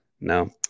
No